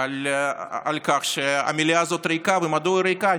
על כך שהמליאה הזאת ריקה, ומדוע היא ריקה.